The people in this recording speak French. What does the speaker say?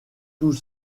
tous